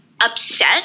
upset